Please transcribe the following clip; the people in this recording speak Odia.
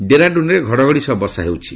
ଡେରାଡୁନ୍ରେ ଘଡ଼ଘଡ଼ି ସହ ବର୍ଷା ହେଉଛି